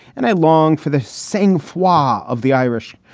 and i long for the same floor ah of the irish.